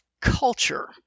culture